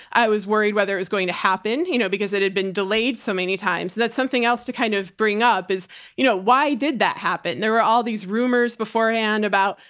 i was worried whether it was going to happen, you know, because it had been delayed so many times. so that's something else to kind of bring up is you know, why did that happen? and there were all these rumors beforehand about,